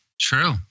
True